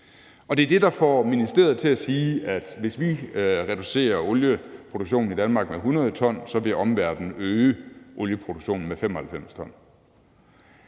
Det er det, der får ministeriet til at sige, at hvis vi reducerer olieproduktionen i Danmark med 100 t, vil omverdenen øge olieproduktionen med 95 t.